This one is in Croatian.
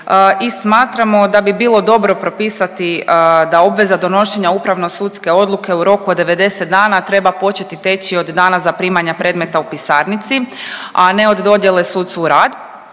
i smatramo da bi bilo dobro propisati da obveza donošenja upravno sudske odluke u roku od 90 dana treba početi teći od dana zaprimanja predmeta u pisarnici, a ne od dojele sucu u rad,